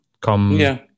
come